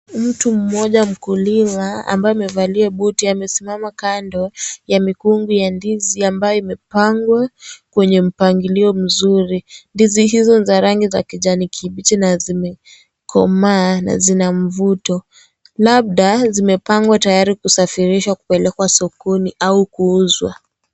Mtu mmoja mkulima ambaye amevalia buti amesimama kando ya mikungu ya ndizi ambayo imepangwa kwenye mpangilio mzuri. Ndizi hizo ni za rangi ya kijani kibichi na zimekomaa na zina mvuto. Labda zimepangwa tayari kusafirishwa kupelekwa sokoni au kuuzwa.